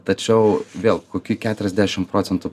tačiau vėl kokį keturiasdešim procentų